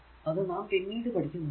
അത് നാം പിന്നീട് പഠിക്കുന്നതാണ്